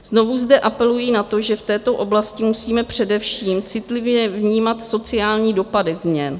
Znovu zde apeluji na to, že v této oblasti musíme především citlivě vnímat sociální dopady změn.